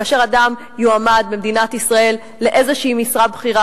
כאשר אדם יועמד במדינת ישראל לאיזושהי משרה בכירה,